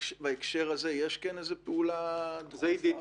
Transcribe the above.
ובהקשר הזה יש פעולה דחופה?